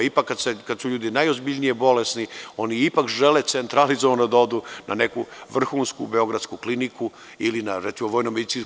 Ipak, kada su ljudi ozbiljno bolesni, oni ipak žele centralizovano da odu na neku vrhunsku, beogradsku kliniku ili na VMA.